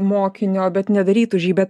mokinio bet nedaryt už jį bet